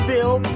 Bill